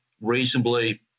reasonably